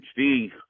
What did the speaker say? HD